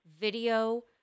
video